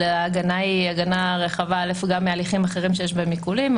אלא ההגנה היא הגנה רחבה גם מהליכים אחרים שיש בהם עיקולים,